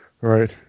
Right